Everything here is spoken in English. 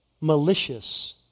malicious